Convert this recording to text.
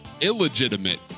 illegitimate